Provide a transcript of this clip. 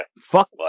fuck